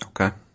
Okay